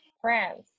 France